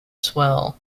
swell